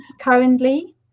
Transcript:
currently